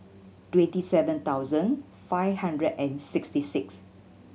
twenty seven thousand five hundred and sixty six